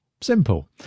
Simple